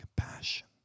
compassion